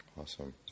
Awesome